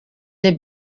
the